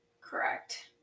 Correct